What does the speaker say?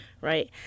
Right